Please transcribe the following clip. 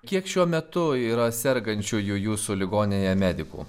kiek šiuo metu yra sergančiųjų jūsų ligoninėje medikų